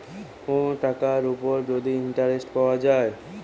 কোন টাকার উপর যদি ইন্টারেস্ট পাওয়া যায়